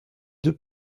deux